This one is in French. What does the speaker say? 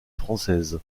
française